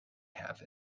have